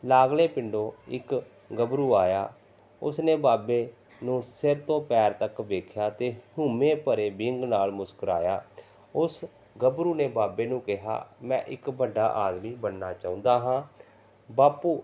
ਲਾਗਲੇ ਪਿੰਡੋਂ ਇੱਕ ਗੱਭਰੂ ਆਇਆ ਉਸਨੇ ਬਾਬੇ ਨੂੰ ਸਿਰ ਤੋਂ ਪੈਰ ਤੱਕ ਵੇਖਿਆ ਅਤੇ ਹਉਮੇ ਭਰੇ ਵਿੰਗ ਨਾਲ਼ ਮੁਸਕਰਾਇਆ ਉਸ ਗੱਭਰੂ ਨੇ ਬਾਬੇ ਨੂੰ ਕਿਹਾ ਮੈਂ ਇੱਕ ਵੱਡਾ ਆਦਮੀ ਬਣਨਾ ਚਾਹੁੰਦਾ ਹਾਂ ਬਾਪੂ